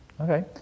Okay